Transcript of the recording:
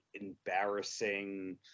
embarrassing